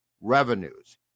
revenues